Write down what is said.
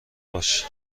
باش